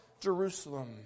Jerusalem